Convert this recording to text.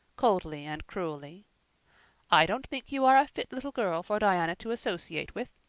coldly and cruelly i don't think you are a fit little girl for diana to associate with.